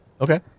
Okay